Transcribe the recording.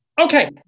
Okay